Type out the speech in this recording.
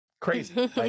crazy